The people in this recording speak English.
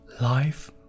life